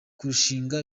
kurushinga